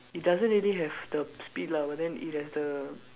it doesn't really have the speed lah but then it has the